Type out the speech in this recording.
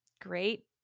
great